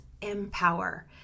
empower